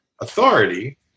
authority